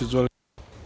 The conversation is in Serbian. Izvolite.